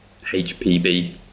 HPB